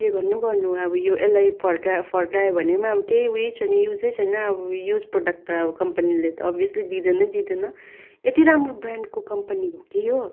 के गर्नु गर्नु अब यो यसलाई फर्का फर्काए भने पनि अब केही उयै छैन युजै छैन अब युज प्रडक्ट त अब कम्पनीले त अब्भियस्ली दिँदैन दिँदैन यति राम्रो ब्रान्डको कम्पनी हो कि यो